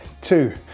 two